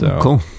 Cool